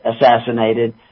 assassinated